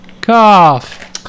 Cough